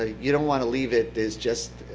ah you don't want to leave it as just